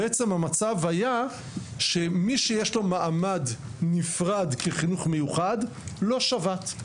המצב היה שמי שיש לו מעמד נפרד כחינוך מיוחד לא שבת.